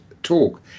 talk